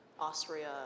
Austria